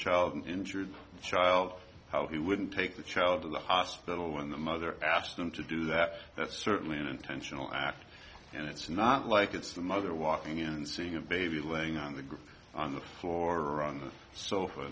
child and injured child how he wouldn't take the child to the hospital when the mother asked them to do that that's certainly an intentional act and it's not like it's the mother walking in and seeing a baby laying on the group on the floor or on the so